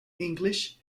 english